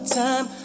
time